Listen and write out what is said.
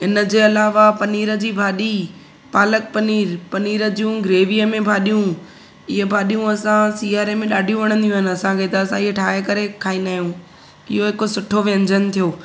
इनजे अलावा पनीर जी भाॼी पालक पनीर पनीर जूं ग्रेवीअ में भाॼियूं इहे भाॼियूं असां सीआरे में ॾाढियूं वणंदियूं आहिनि असांखे त असां इहे ठाहे करे खाईंदा आहियूं इहो हिक सुठो व्यंजन थियो